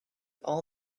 all